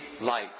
light